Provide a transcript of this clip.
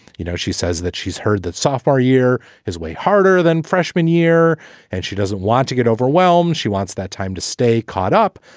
you know, she says that she's heard that software year his way harder than freshman year and she doesn't want to get overwhelmed. she wants that time to stay caught up.